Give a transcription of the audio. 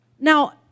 Now